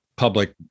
public